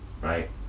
right